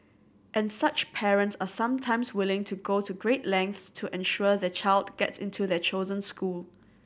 and such parents are sometimes willing to go to great lengths to ensure their child gets into their chosen school